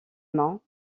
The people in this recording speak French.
main